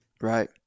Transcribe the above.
Right